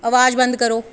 अवाज बंद करो